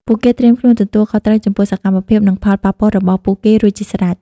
ពួកគេត្រៀមខ្លួនទទួលខុសត្រូវចំពោះសកម្មភាព និងផលប៉ះពាល់របស់ពួកគេរួចជាស្រេច ។